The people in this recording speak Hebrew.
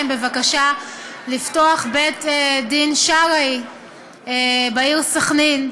בבקשה לפתוח בית-דין שרעי בעיר סח'נין,